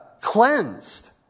cleansed